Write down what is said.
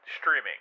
Streaming